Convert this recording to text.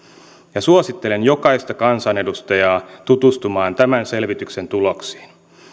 suosittelen jokaista kansanedustajaa tutustumaan tämän selvityksen tuloksiin